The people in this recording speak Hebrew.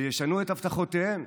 שישנו את הבטחותיהם?